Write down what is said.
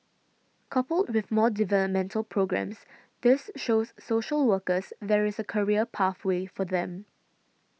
coupled with more developmental programmes this shows social workers there is a career pathway for them